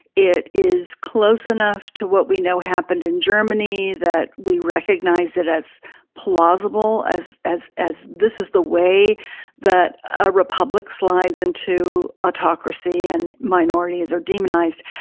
it is close enough to what we know happened in germany that we recognize it as plausible as as as this is the way that a republic slides in to autocracy and minorities are demonized.